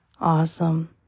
awesome